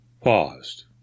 paused